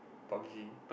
p u b g